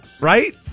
Right